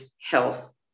health